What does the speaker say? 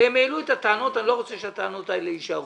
הם העלו את הטענות ואני לא רוצה שהטענות האלה יישארו.